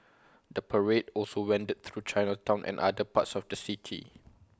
the parade also wended through Chinatown and other parts of the city